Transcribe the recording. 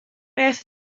beth